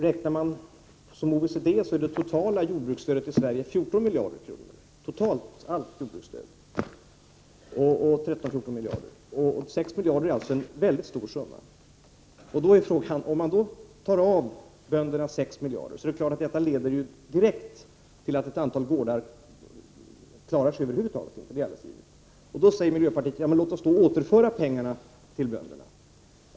Räknar man som OECD, är det totala jordbruksstödet i Sverige 13-14 miljarder kronor. 6 miljarder är alltså en mycket stor summa. Om man tar 6 miljarder från bönderna, är det klart att detta direkt leder till att ett antal gårdar över huvud taget inte klarar sig — det är alldeles givet. Då säger miljöpartiet: Låt oss återföra pengarna till bönderna!